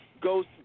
goes